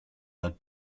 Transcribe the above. are